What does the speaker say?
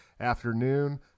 afternoon